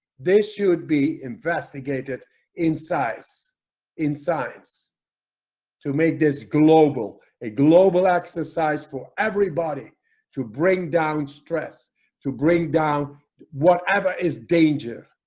they should be investigated in size in science to make this global a global exercise for everybody to bring down stress to bring down whatever is danger